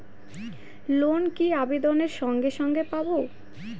Loan কি আবেদনের সঙ্গে সঙ্গে পাব?